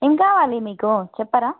ఏమి కావాలి మీకు చెప్పరాా